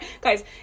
guys